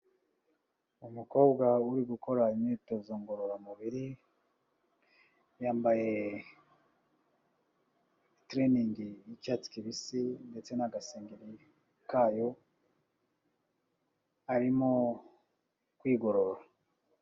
Umukobwa uri gukora imyitozo ngororamubiri. Yambaye itiriningi y'icyatsi kibisi ndetse nagasengeri kayo arimo kwigorora.